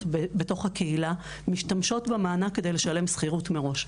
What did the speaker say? בתוך הקהילה משתמשות במענק כדי לשלם שכירות מראש.